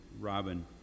Robin